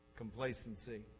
complacency